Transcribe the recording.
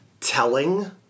telling